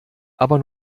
aber